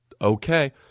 Okay